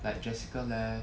like jessica left